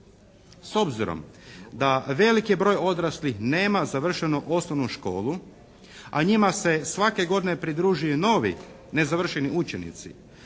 S obzirom da veliki broj odraslih nema završenu osnovnu školu a njima se svake godine pridružuju novi nezavršeni učenici